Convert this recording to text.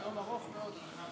זה יום ארוך מאוד.